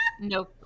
no